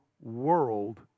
world